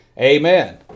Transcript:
Amen